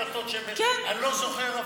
נחמיאס ורבין (המחנה הציוני): אתה יודע מה,